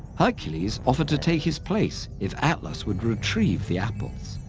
hercules offered to take his place if atlas would retrieve the apples.